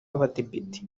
w’abadepite